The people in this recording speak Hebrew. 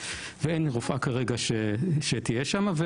ואין כרגע רופאה שתהיה שם.